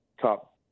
top